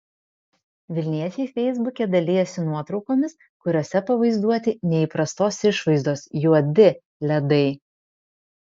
vilniečiai feisbuke dalijasi nuotraukomis kuriose pavaizduoti neįprastos išvaizdos juodi ledai